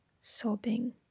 sobbing